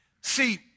See